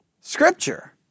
scripture